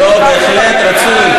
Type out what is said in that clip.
לא, בהחלט רצוי.